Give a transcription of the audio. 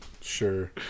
Sure